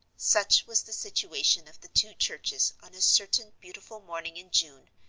such was the situation of the two churches on a certain beautiful morning in june,